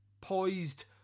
Poised